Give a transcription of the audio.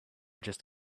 just